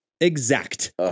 exact